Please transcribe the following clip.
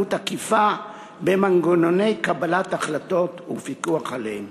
התערבות עקיפה במנגנוני קבלת ההחלטות ובפיקוח עליהם.